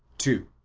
to